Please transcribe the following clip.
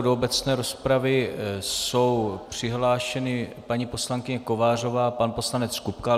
Do obecné rozpravy jsou přihlášeni paní poslankyně Kovářová a pan poslanec Kupka.